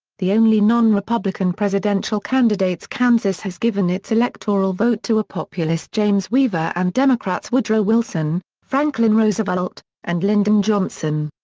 the only non-republican presidential candidates kansas has given its electoral vote to are populist james weaver and democrats woodrow wilson, franklin roosevelt, and lyndon johnson.